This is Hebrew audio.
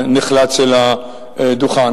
נחלץ אל הדוכן.